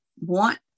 want